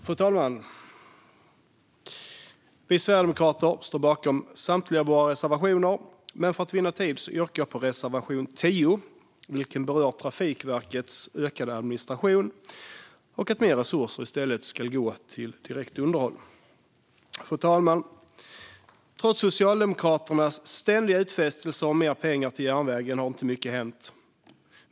Fru talman! Vi sverigedemokrater står bakom samtliga våra reservationer, men för att vinna tid yrkar jag bifall endast till reservation 10. Den berör Trafikverkets ökade administration och att mer resurser i stället ska gå till direkt underhåll. Fru talman! Trots Socialdemokraternas ständiga utfästelser om mer pengar till järnvägen har inte mycket hänt.